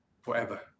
forever